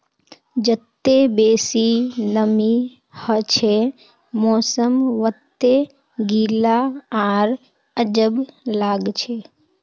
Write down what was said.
जत्ते बेसी नमीं हछे मौसम वत्ते गीला आर अजब लागछे